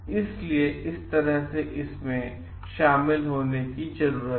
इसलिए इस तरह से इसमें शामिल होने की जरूरत है